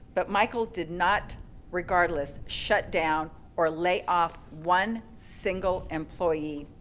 but michael did not regardless, shutdown or lay off one single employee.